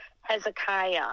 Hezekiah